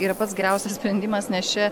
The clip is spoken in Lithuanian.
yra pats geriausias sprendimas nes čia